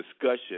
Discussion